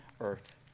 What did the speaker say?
earth